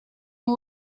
nhw